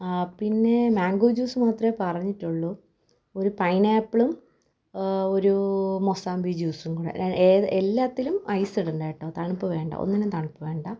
പിന്നെ mango juice മാത്രമേ പറഞ്ഞിട്ടുള്ളു ഒരു പൈനാപ്പിളും ഒരു മൊസാംബി ജ്യൂസും കൂടി ഏത് എല്ലാറ്റിലും ഐസ് ഇടേണ്ടാ കേട്ടോ തണുപ്പു വേണ്ട ഒന്നിനും തണുപ്പു വേണ്ട